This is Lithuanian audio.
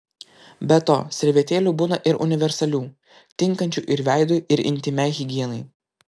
be to servetėlių būna ir universalių tinkančių ir veidui ir intymiai higienai